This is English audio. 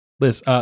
Liz